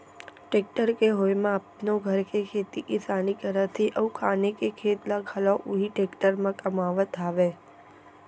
tractor के होय म अपनो घर के खेती किसानी करत हें अउ आने के खेत ल घलौ उही टेक्टर म कमावत हावयँ